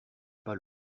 pas